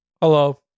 Hello